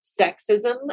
sexism